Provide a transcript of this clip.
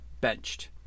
benched